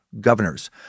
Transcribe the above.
governors